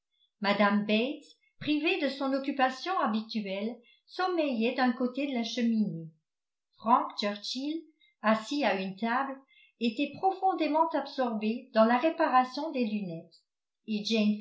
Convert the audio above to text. bates privée de son occupation habituelle sommeillait d'un côté de la cheminée frank churchill assis à une table était profondément absorbé dans la réparation des lunettes et